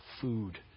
food